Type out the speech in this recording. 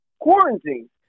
Quarantine